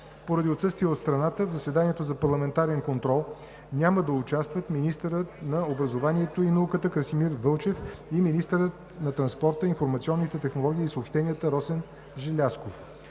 Поради отсъствие от страната в заседанието за парламентарен контрол няма да участват министърът на образованието и науката Красимир Вълчев и министърът на транспорта, информационните технологии и съобщенията Росен Желязков.